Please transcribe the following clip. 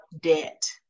debt